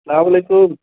السلام علیکم